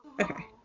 Okay